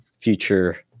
future